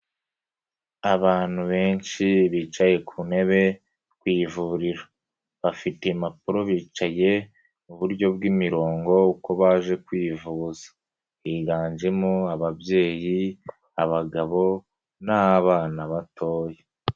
Abantu benshi bicaye ku ntebe ku ivuriro bafite impapuro bicaye mu buryo bw'imirongo uko baje kwivuza higanjemo ababyeyi abagabo n'abana batoya.